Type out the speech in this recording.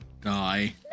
die